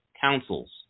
councils